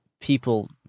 people